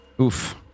Oof